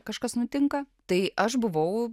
kažkas nutinka tai aš buvau